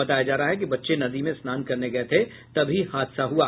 बताया जा रहा है कि बच्चे नदी में स्नान करने गये थे तभी हादसा हुआ